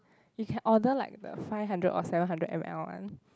you can order like the five hundred or seven hundred m_l one